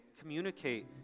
communicate